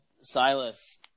Silas